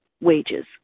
wages